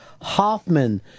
Hoffman